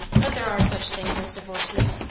but there are such things as divorces.